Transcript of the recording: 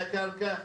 בביקוש ובהיצע,